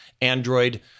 Android